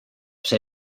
see